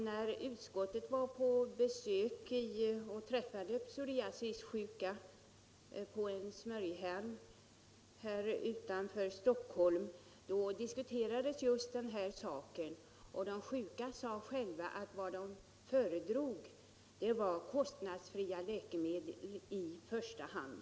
När utskottet var på besök på en smörjhall utanför Stockholm och träffade psoriasissjuka diskuterades just den här saken, och de sjuka sade själva att vad de föredrog var kostnadsfria läkemedel i första hand.